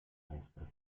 messe